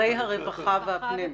הרווחה.